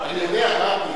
אני יודע.